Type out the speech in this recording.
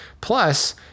plus